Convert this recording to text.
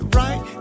right